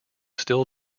still